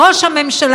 ראש הממשלה,